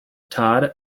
todd